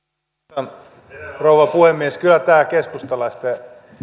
arvoisa rouva puhemies kyllä tämä keskustalaisten